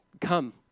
Come